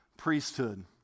Priesthood